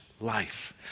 life